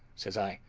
says i,